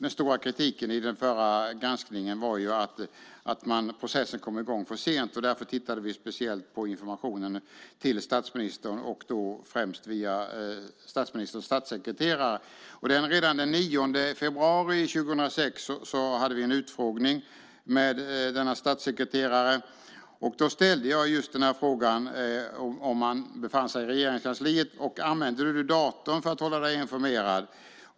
Den stora kritiken i den förra granskningen var att processen kom i gång för sent. Därför tittade vi speciellt på informationen till statsministern och då främst via statsministerns statssekreterare. Redan den 9 februari 2006 hade vi en utfrågning av denna statssekreterare. Då ställde jag just frågan om han befann sig i Regeringskansliet och om han använde datorn för att hålla sig informerad.